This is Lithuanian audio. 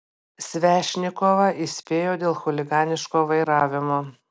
svešnikovą įspėjo dėl chuliganiško vairavimo